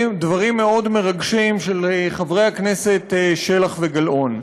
דברים מאוד מרגשים של חברי הכנסת שלח וגלאון,